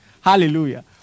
Hallelujah